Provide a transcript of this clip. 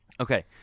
Okay